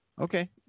Okay